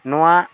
ᱱᱚᱣᱟ